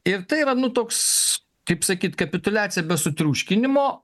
ir tai yra nu toks kaip sakyt kapituliacija be sutriuškinimo